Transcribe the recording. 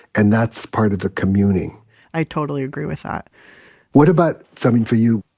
and that's part of the communing i totally agree with that what about, samin, for you,